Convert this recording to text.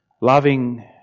Loving